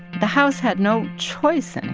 the house had no choice and